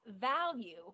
value